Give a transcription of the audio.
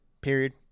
period